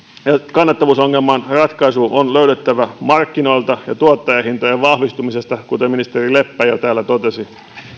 kannattavuusongelman ratkaisu on löydettävä markkinoilta ja tuottajahintojen vahvistumisesta kuten ministeri leppä jo täällä totesi